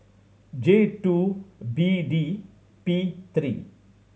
J two B D P three